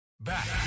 Back